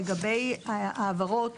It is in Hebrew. לגבי העברות